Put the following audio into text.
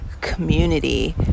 community